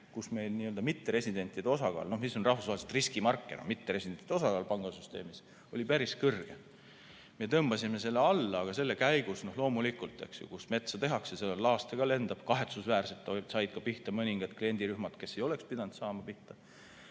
kus meil mitteresidentide osakaal – rahvusvaheliselt on mitteresidentide osakaal pangasüsteemis riskimarker – oli päris kõrge. Me tõmbasime selle alla, aga selle käigus – loomulikult, kui metsa tehakse, siis laastu lendab – kahetsusväärselt said pihta mõningad kliendirühmad, kes ei oleks pidanud pihta